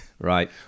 right